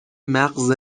مغز